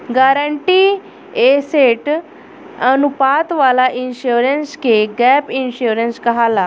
guaranteed asset अनुपात वाला insurance के गैप इंश्योरेंस कहाला